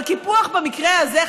אבל קיפוח במקרה הזה,